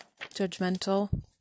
judgmental